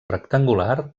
rectangular